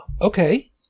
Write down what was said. Okay